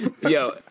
Yo